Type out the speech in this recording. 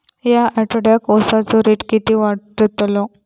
या आठवड्याक उसाचो रेट किती वाढतलो?